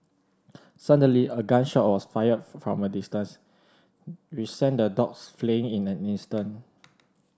suddenly a gun shot was fired from a distance which sent the dogs fleeing in an instant